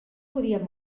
podia